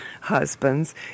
husbands